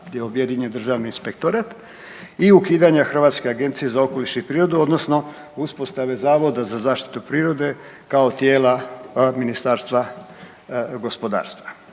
gdje je objedinjen Državni inspektorat i ukidanje Hrvatske agencije za okoliš i prirodu, odnosno uspostave Zavoda za zaštitu prirode kao tijela Ministarstva gospodarstva.